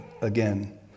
again